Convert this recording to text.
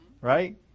Right